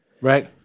right